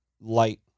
light